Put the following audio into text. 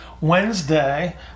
Wednesday